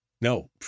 No